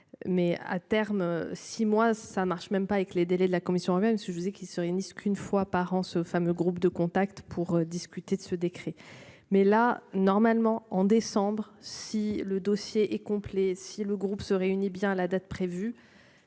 Mais à terme, si moi ça marche même pas et que les délais de la commission là même si je disais qui se réunissent, qu'une fois par an, ce fameux groupe de contact pour discuter de ce décret. Mais là normalement en décembre si le dossier est complet si le groupe se réunit bien à la date prévue.